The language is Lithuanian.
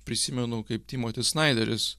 prisimenu kaip timotis snaideris